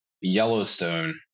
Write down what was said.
Yellowstone